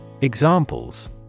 Examples